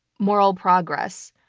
moral progress.